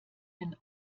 den